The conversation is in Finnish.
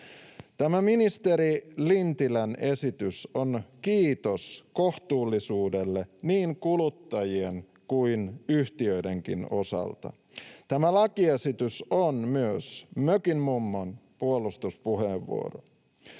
Tämä ministeri Lintilän esitys on kiitos kohtuullisuudelle niin kuluttajien kuin yhtiöidenkin osalta. Tämä lakiesitys on myös mökinmummon puolustuspuheenvuoro.